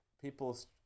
people's